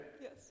Yes